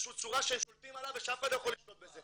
באיזושהי צורה שהם שולטים עליו ושאף אחד לא יכול לשלוט בזה.